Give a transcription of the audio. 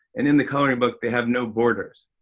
and in the coloring book, they have no borders.